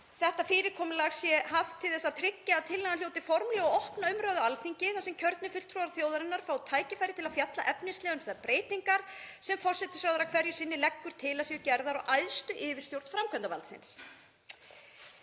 þetta fyrirkomulag sé haft til þess að tryggja að tillagan hljóti formlega og opna umræðu á Alþingi þar sem kjörnir fulltrúar þjóðarinnar fái tækifæri til að fjalla efnislega um þær breytingar sem forsætisráðherra hverju sinni leggur til að séu gerðar á æðstu yfirstjórn framkvæmdarvaldsins.